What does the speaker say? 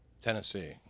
tennessee